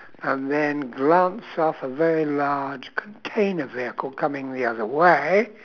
and then glance off a very large container vehicle coming the other way